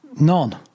None